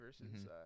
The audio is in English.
versus